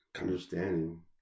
understanding